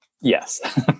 Yes